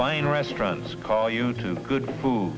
fine restaurants call you tube good food